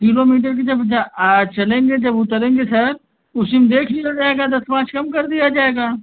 kilometre की जब चलेंगे जब उतरेंगे सर उसी में देख लिया जाएगा दस पाँच कम कर दिया जाएगा